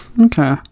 Okay